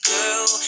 Girl